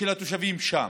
של התושבים שם,